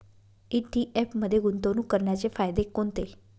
ETF मध्ये गुंतवणूक करण्याचे फायदे कोणते?